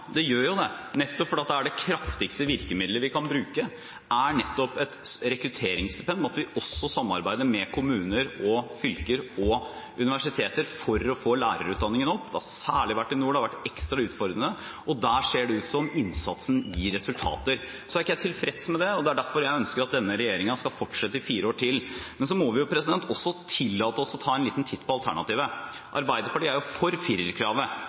det gjør jo det, fordi det kraftigste virkemidlet vi kan bruke, er nettopp et rekrutteringsstipend, men også at vi samarbeider med kommuner, fylker og universiteter for å få lærerutdanningen opp. Særlig i nord har det vært ekstra utfordrende, og der ser det ut til at innsatsen gir resultater. Men jeg er ikke tilfreds med det, og derfor ønsker jeg at denne regjeringen skal fortsette i fire år til. Men vi må også tillate oss å ta en liten titt på alternativet: Arbeiderpartiet er for 4-kravet i lærerutdanningen, så det kan jo ikke være utgangspunktet for